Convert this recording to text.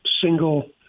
single